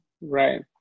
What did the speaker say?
Right